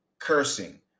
Cursing